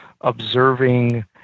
observing